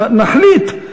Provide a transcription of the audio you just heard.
נחליט,